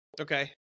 okay